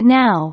now